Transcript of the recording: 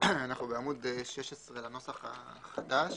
אנחנו בעמוד 16 בנוסח החדש,